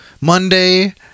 monday